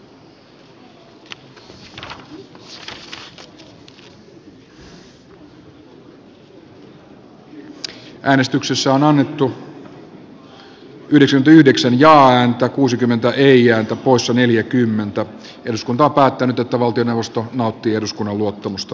ensin äänestetään kimmo tiilikaisen ehdotuksesta arja juvosen ehdotusta vastaan ja sen jälkeen siitä nauttiiko valtioneuvosto eduskunnan luottamusta